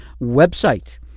website